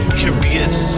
curious